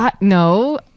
No